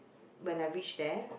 when I reach there